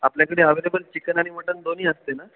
आपल्याकडे available chicken आणि mutton दोन्ही असते ना